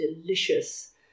delicious